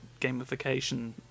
gamification